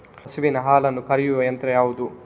ಹಸುವಿನ ಹಾಲನ್ನು ಕರೆಯುವ ಯಂತ್ರ ಯಾವುದು?